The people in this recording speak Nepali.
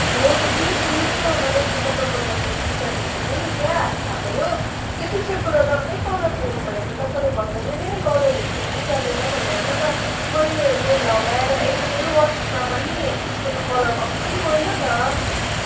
हेलो दिदी सुन्नुहोस् न मैले अस्ति तपाईँकोबाट त्यो टी सर्ट लिएको थिएँ नि क्या थाहा भयो त्यो टी सर्टको त डल्लै कलर फेड भयो त तपाईँले भन्नु हुँदैथ्यो नि कलरहरू केही जाँदैन भनेर तर मैले त्यो लगाएर एकै वासमा पनि त्यसको त कलर कम्ती गएन त